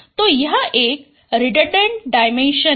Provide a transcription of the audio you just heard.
तो यह एक रिडनडेंट डायमेंशन है